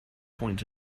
point